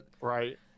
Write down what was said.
right